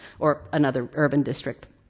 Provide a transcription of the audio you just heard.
or another urban district.